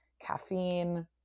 caffeine